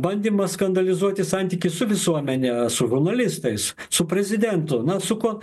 bandymas skandalizuoti santykį su visuomene su žurnalistais su prezidentu na su kuo